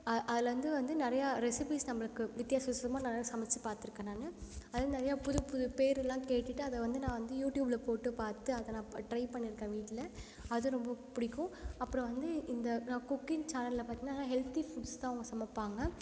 அதில் வந்து வந்து நிறையா ரெசிப்பீஸ் நம்மளுக்கு வித்தியாச வித்தியாசமாக நிறையா சமைச்சி பார்த்துருக்கேன் நான் அதுவும் நிறையா புது புது பேருலாம் கேட்டுட்டு அதை வந்து நான் வந்து யூடியூப்ல போட்டு பார்த்து அதை நான் ட்ரை பண்ணிருக்கேன் வீட்டில அது ரொம்ப பிடிக்கும் அப்றம் வந்து இந்த நா குக்கிங் சேனல்ல பார்த்திங்கன்னா ஹெல்த்தி ஃபுட்ஸ் தான் அவங்க சமைப்பாங்கள்